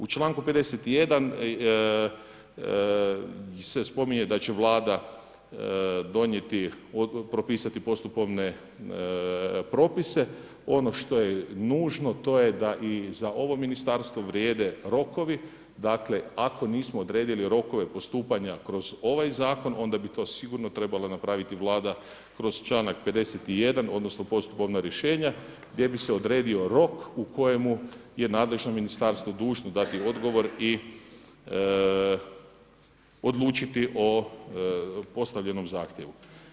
U članku 51. se spominje da će Vlada donijeti propisati postupovne propise, ono što je nužno to je da i za ovo Ministarstvo vrijede rokovi, dakle, ako nismo odredili rokove postupanja kroz ovaj zakon onda bi to sigurno trebala napraviti Vlada kroz čl. 51. odnosno, postupovna rješenja gdje bi se odredio rok u kojemu je nadležno ministarstvo dužno dati odgovor i odlučiti o postavljenom zahtjevu.